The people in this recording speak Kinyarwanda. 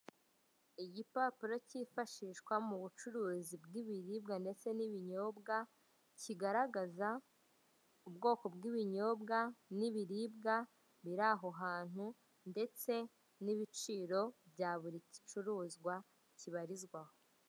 Igipapuro cyifashishwa mu bucuruzi bw'ibiribwa ndetse n'ibinyobwa, kigaragaza ubwoko by'ibinyobwa n'ibiribwa biri aho hantu ndetse n'ibiciro bya buri gicuruzwa kibarizwa aho.